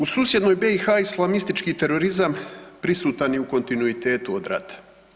U susjednoj BiH islamistički terorizam prisutan je u kontinuitetu od rata.